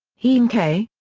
henkei!